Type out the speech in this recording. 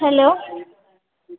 hello